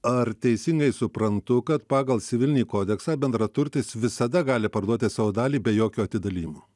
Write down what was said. ar teisingai suprantu kad pagal civilinį kodeksą bendraturtis visada gali parduoti savo dalį be jokio atidalijimo